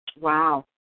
Wow